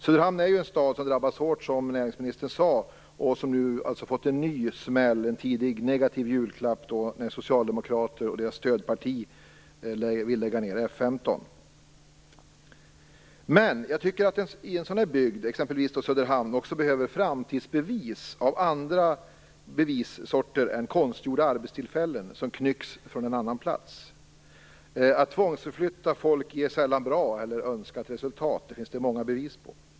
Söderhamn är, som näringsministern sade, en stad som drabbats hårt och som nu fått en ny smäll, en tidig negativ julklapp av socialdemokraterna och deras stödparti, som vill lägga ned F 15. Jag tycker att en sådan bygd som Söderhamn behöver framtidsåtgärder av annan sort än konstgjorda arbetstillfällen som knycks från en annan plats. Att tvångsförflytta folk ger sällan bra eller ens önskat resultat. Det finns många bevis på det.